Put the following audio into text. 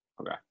Okay